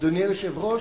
אדוני היושב-ראש,